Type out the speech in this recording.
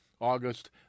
August